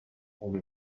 pour